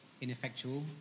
ineffectual